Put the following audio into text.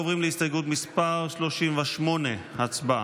עוברים להסתייגות מס' 38, הצבעה.